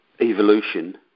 evolution